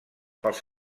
pels